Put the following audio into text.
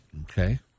Okay